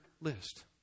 list